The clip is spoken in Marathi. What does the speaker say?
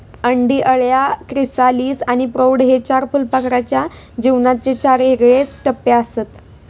अंडी, अळ्या, क्रिसालिस आणि प्रौढ हे चार फुलपाखराच्या जीवनाचे चार येगळे टप्पेआसत